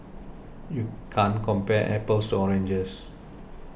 you can't compare apples to oranges